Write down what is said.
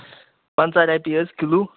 پَنٛژاہ رۄپیہِ حظ کِلوٗ